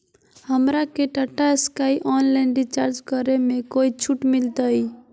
हमरा के Tata Sky online recharge करे में कोई छूट मिलतई